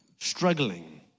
struggling